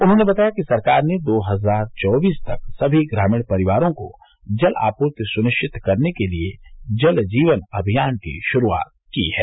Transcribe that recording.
उन्होंने बताया कि सरकार ने दो हजार चौबीस तक सभी ग्रामीण परिवारों को जल आपूर्ति सुनिश्चित करने के लिए जल जीवन अभियान की शुरूआत की है